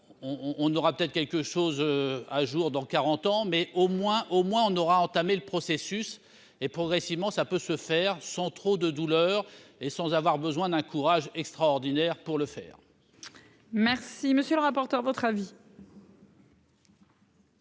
on aura peut-être quelque chose à jour dans 40 ans, mais au moins, au moins on aura entamé le processus et, progressivement, ça peut se faire sans trop de douleur et sans avoir besoin d'un courage extraordinaire pour le faire. Merci, monsieur le rapporteur, votre avis.